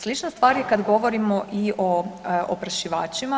Slična stvar je kad govorimo i o oprašivačima.